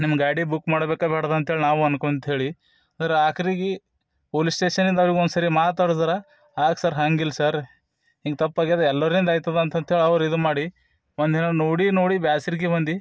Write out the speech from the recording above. ನಿಮ್ಮ ಗಾಡಿ ಬುಕ್ ಮಾಡ್ಬೇಕಾ ಬೇಡ್ದ ಅಂತೇಳಿ ನಾವು ಅಂದ್ಕೊ ಅಂತ ಹೇಳಿ ಅಂದ್ರು ಆಕ್ರಿಗಿ ಪೋಲಿಸ್ ಸ್ಟೇಷನಿಂದ ಅವ್ರಿಗೆ ಒಂದ್ಸರಿ ಮಾತಾಡ್ದ್ರೆ ಯಾಕೆ ಸರ್ ಹಂಗೆ ಇಲ್ಲ ಸರ್ ಹಿಂಗೆ ತಪ್ಪಾಗ್ಯದ ಎಲ್ಲರಿಂದ ಆಯ್ತದ ಅಂತ ಅಂತೇಳಿ ಅವ್ರು ಇದು ಮಾಡಿ ಒಂದಿನ ನೋಡಿ ನೋಡಿ ಬೇಸರಿಕೆ ಬಂದು